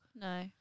no